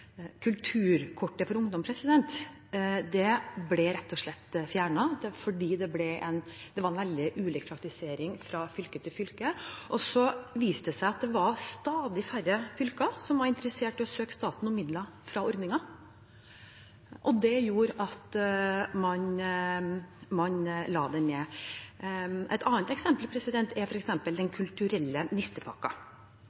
Kulturkortet for ungdom ble rett og slett fjernet fordi det var veldig ulik praktisering fra fylke til fylke. Og så viste det seg at det var stadig færre fylker som var interessert i å søke staten om midler fra ordningen, og det gjorde at man la den ned. Et annet eksempel er Den kulturelle nistepakka. Den